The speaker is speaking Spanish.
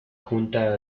junta